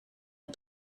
het